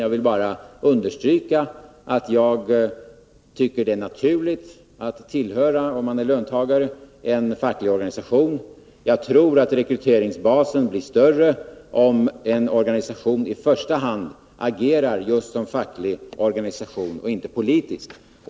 Jag vill bara understryka att jag tycker det är naturligt, om man är löntagare, att tillhöra en facklig organisation. Jag tror att rekryteringsbasen blir större om en sådan organisation i första hand agerar just som facklig organisation och inte politiskt.